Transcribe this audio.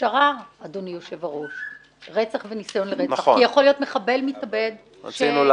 של רצח וניסיון לרצח הוא פשרה.